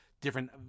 different